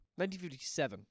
1957